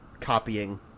copying